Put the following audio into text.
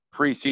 preseason